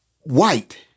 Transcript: white